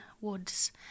Woods